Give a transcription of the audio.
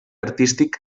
artístic